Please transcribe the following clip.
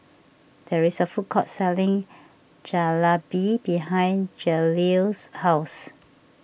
there is a food court selling Jalebi behind Jaleel's house